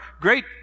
Great